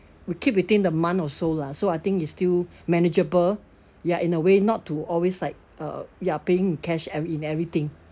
we keep within the month or so lah so I think it's still manageable ya in a way not to always like uh ya paying with cash ever in everything